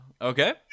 okay